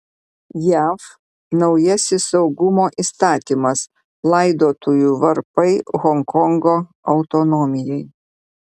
jav naujasis saugumo įstatymas laidotuvių varpai honkongo autonomijai